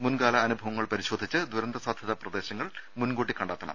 മുൻകാല അനുഭവങ്ങൾ പരിശോധിച്ച് ദുരന്തസാധ്യതാ പ്രദേശങ്ങൾ മുൻകൂട്ടി കണ്ടെത്തണം